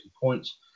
points